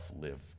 live